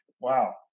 Wow